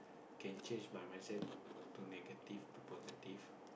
can change my message to negative to positive